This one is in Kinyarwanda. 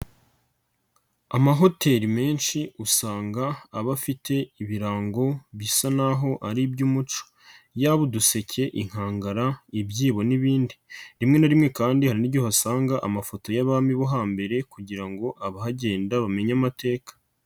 Amahoteli menshi usanga aba afite ibirango bisa n'aho ari iby'umuco, yaba uduseke, inkangara, ibyibo n'ibindi, rimwe na rimwe kandi hari n'igihe usanga amafoto y'abami bo hambere kugira ngo abahagenda bamenye amateka.